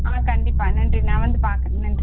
ஆ கண்டிப்பாக நன்றி நான் வந்து பார்க்குறேன் நன்றி